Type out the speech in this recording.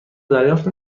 دریافت